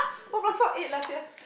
four plus four eight lah sia